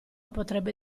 potrebbe